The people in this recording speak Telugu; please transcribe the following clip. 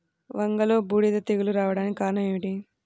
వంగలో బూడిద తెగులు రావడానికి కారణం ఏమిటి?